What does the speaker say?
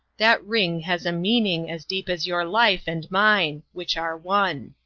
that ring has a meaning as deep as your life and mine, which are one.